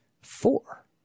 Four